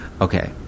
Okay